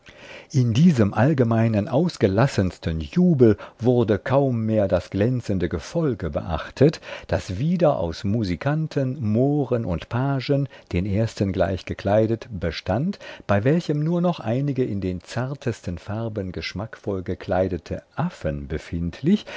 in diesem allgemeinen ausgelassensten jubel wurde kaum mehr das glänzende gefolge beachtet das wieder aus musikanten mohren und pagen den ersten gleich gekleidet bestand bei welchen nur noch einige in den zartesten farben geschmackvoll gekleidete affen befindlich